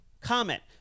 comment